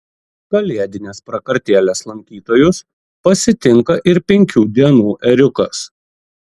kalėdinės prakartėlės lankytojus pasitinka ir penkių dienų ėriukas